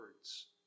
words